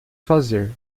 fazer